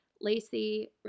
Lacey